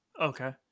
Okay